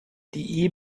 die